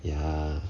ya